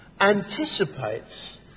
anticipates